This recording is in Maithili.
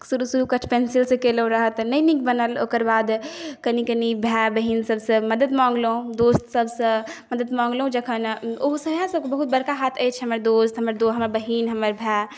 शुरू शुरू कठपेन्सिलसँ कएलहुँ रहै तऽ नहि नीक बनल ओकर बाद कनी कनी भाइ बहिन सबसँ मदति माँगलहुँ दोस्त सबसँ मदति माँगलहुँ जखन ओहो सएह सब बहुत बड़का हाथ अछि हमर दोस्त हमर बहिन हमर भाइ